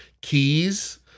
keys